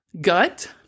gut